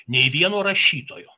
nei vieno rašytojo